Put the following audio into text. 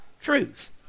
truth